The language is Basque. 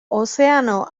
ozeano